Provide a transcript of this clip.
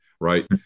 right